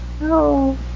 No